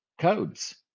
codes